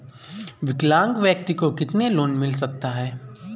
विकलांग व्यक्ति को कितना लोंन मिल सकता है?